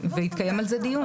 ויתקיים על זה דיון.